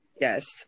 Yes